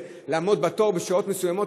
לעמוד בתור בשעות מסוימות,